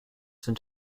sent